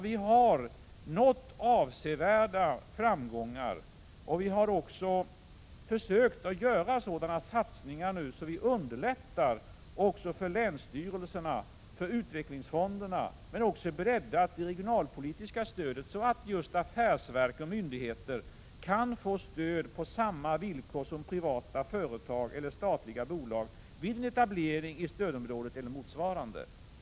Vi har nått avsevärda framgångar. Vi har också försökt att göra sådana satsningar att vi underlättar även för länsstyrelserna och utvecklingsfonderna, men vi har också breddat det regionalpolitiska stödet, så att just affärsverk och myndigheter på samma villkor som privata företag eller statliga bolag kan få stöd vid en etablering i stödområdet eller motsvarande.